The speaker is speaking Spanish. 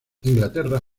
inglaterra